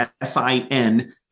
S-I-N